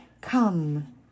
come